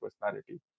personality